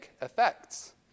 effects